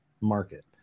market